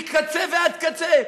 מקצה ועד קצה,